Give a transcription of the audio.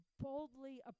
boldly